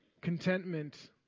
contentment